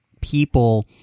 people